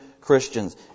Christians